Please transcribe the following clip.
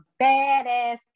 badass